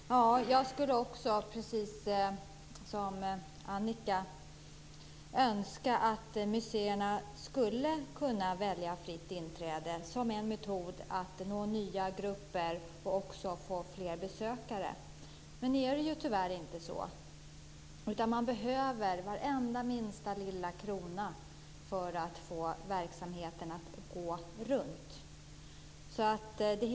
Fru talman! Jag skulle också, precis som Annika, önska att museerna skulle kunna välja fritt inträde som en metod att nå nya grupper och också få fler besökare. Men nu är det tyvärr inte så. Man behöver varenda krona för att få verksamheten att gå runt.